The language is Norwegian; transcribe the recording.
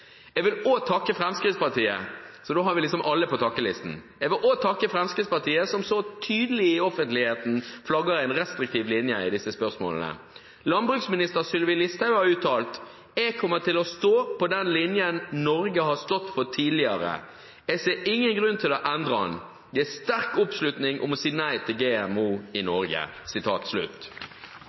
Jeg vil også takke Fremskrittspartiet – da har vi liksom alle på takkelisten – som så tydelig i offentligheten flagger en restriktiv linje i disse spørsmålene. Landbruks- og matminister Sylvi Listhaug har uttalt: «Jeg kommer til å stå på den linja Norge har stått for tidligere. Jeg ser ingen grunn til å endre den. Det er sterk oppslutning om å si nei til GMO i